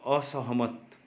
असहमत